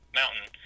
mountain